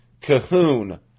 Cahoon